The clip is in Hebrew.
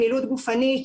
פעילות גופנית,